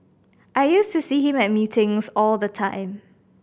I used to see him at meetings all the time